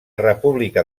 república